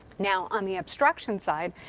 now, on the obstruction side,